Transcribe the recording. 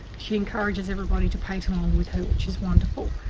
she encourages everybody to paint along with her which is wonderful.